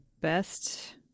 best